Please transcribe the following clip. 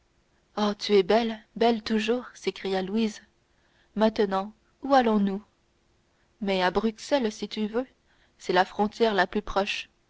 oh tu es belle belle toujours s'écria louise maintenant où allons-nous mais à bruxelles si tu veux c'est la frontière la plus proche